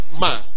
man